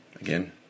Again